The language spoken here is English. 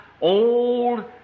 old